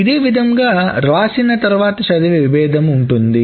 ఇదే విధముగావ్రాసిన తర్వాత చదివే విభేదము ఉంటుంది